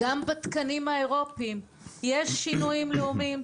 גם בתקנים האירופים יש שינויים לאומיים.